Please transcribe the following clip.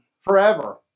forever